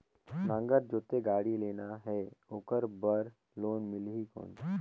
नागर जोते गाड़ी लेना हे ओकर बार लोन मिलही कौन?